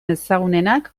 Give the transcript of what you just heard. ezagunenak